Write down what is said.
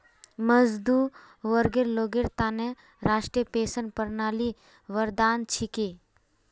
मजदूर वर्गर लोगेर त न राष्ट्रीय पेंशन प्रणाली वरदान छिके